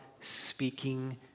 speaking